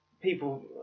People